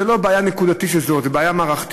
זו לא בעיה נקודתית של שדרות, זו בעיה מערכתית.